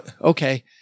okay